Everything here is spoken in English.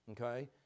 okay